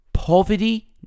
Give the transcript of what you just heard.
Poverty